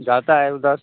जाता है उधर